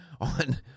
on